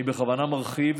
אני בכוונה מרחיב,